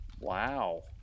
Wow